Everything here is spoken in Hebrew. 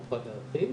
נוכל להרחיב.